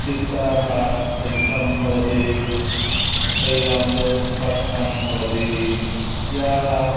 चित्तं शुद्धं भवति शरीरं तु श्वास्थ्यं भवति यः